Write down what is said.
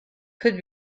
could